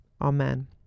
Amen